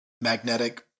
magnetic